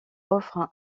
offre